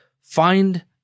find